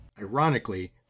Ironically